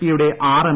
പിയുടെ ആറ് എം